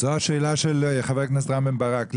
זו השאלה של חבר הכנסת רם בן ברק.